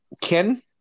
Ken